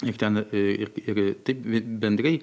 juk ten ir ir taip bendrai